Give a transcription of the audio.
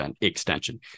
extension